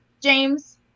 James